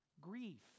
Grief